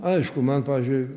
aišku man pavyzdžiui